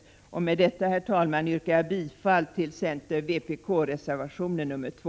Med detta, herr talman, yrkar jag bifall till center-vpk-reservationen nr 2.